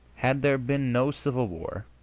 had there been no civil war,